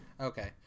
Okay